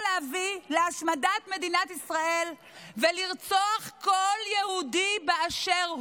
להביא להשמדת מדינת ישראל ולרצוח כל יהודי באשר הוא.